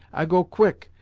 i go quick,